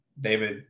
David